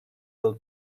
del